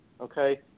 okay